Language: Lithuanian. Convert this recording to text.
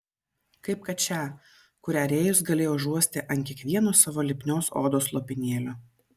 kaip kad šią kurią rėjus galėjo užuosti ant kiekvieno savo lipnios odos lopinėlio